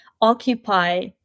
occupy